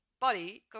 body